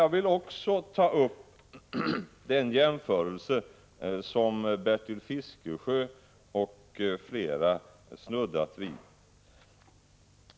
Jag vill också ta upp den jämförelse som Bertil Fiskesjö och flera andra snuddat vid.